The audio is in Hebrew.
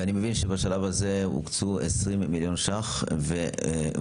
ואני מבין שבשלב הזה הוקצו 20 מיליון ש"ח ועוד